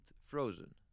frozen